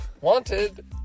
wanted